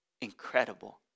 incredible